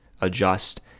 adjust